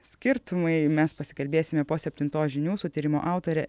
skirtumai mes pasikalbėsime po septintos žinių su tyrimo autore